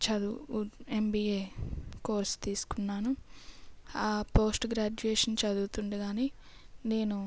చదువు MBA course తీసుకున్నాను ఆ పోస్ట్ గ్రాడ్యుయేషన్ చదువుతుండగానే నేను